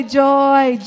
joy